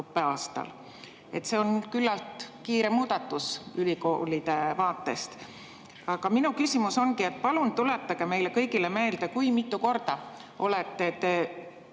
See on küllalt kiire muudatus ülikoolide vaates. Minu küsimus ongi, et palun tuletage meile kõigile meelde, kui mitu korda olete te